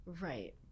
Right